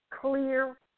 clear